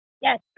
Yes